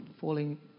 falling